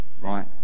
right